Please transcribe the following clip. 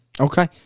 Okay